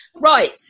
Right